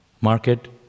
market